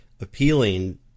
appealing